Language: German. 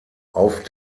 auf